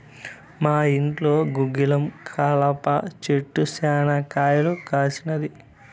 మా ఇంట్లో గుగ్గిలం కలప చెట్టు శనా కాయలు కాసినాది